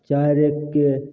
चारि एकके